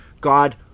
God